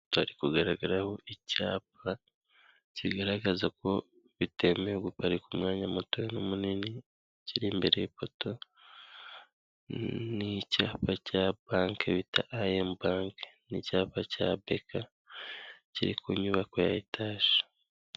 Hari kugaragaraho icyapa kigaragaza ko bitemewe guparika umwanya muto n'munini, kiri imbere y'ipoto, n'icyapa cya banki bita I&M Banki, n'icyapa cya BK kiri ku nyubako ya etaje.